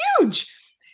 huge